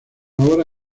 hora